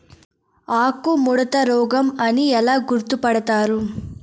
ఆకుముడత రోగం అని ఎలా గుర్తుపడతారు?